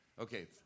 Okay